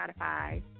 Spotify